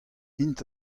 int